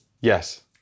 Yes